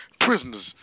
prisoners